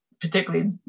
particularly